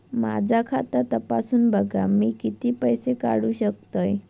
माझा खाता तपासून बघा मी किती पैशे काढू शकतय?